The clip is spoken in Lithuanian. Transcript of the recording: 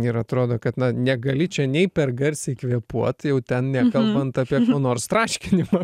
ir atrodo kad na negali čia nei per garsiai kvėpuot jau ten nekalbant apie ko nors traškinimą